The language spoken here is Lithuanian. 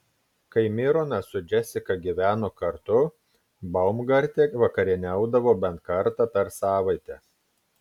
kai mironas su džesika gyveno kartu baumgarte vakarieniaudavo bent kartą per savaitę